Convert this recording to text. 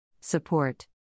Support